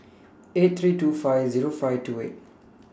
eight three two five Zero five two eight